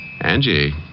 Angie